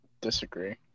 disagree